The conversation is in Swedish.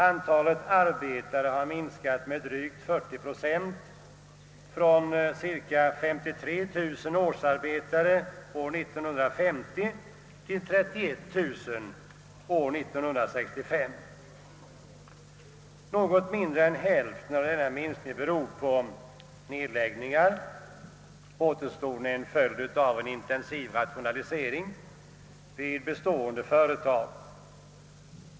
Antalet arbetare har minskat med drygt 40 procent från cirka 53 000 årsarbetare år 1950 till 31 000 år 1965. Något mindre än hälften av denna minskning beror på nedläggningar. Återstoden är en följd av intensiv rationalisering vid bestående företag.